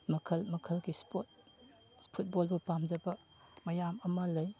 ꯃꯈꯜ ꯃꯈꯜꯒꯤ ꯏꯁꯄꯣꯔꯠ ꯐꯨꯠꯕꯣꯜꯕꯨ ꯄꯥꯝꯖꯕ ꯃꯌꯥꯝ ꯑꯃ ꯂꯩ